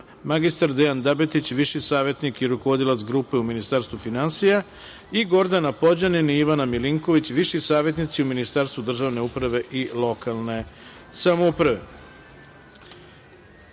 mr. Dejan Dabetić, viši savetnik i rukovodilac grupe u Ministarstvu finansija i Gordana Pođanin i Ivana Milinković, viši savetnici u Ministarstvu državne uprave i lokalne